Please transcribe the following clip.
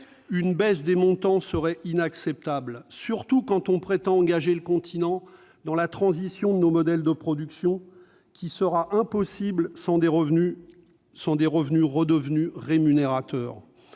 une baisse des montants serait inacceptable, surtout quand on prétend engager le continent dans la transition de nos modèles de production, qui sera impossible sans des revenus redevenus rémunérateurs